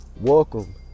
welcome